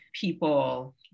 people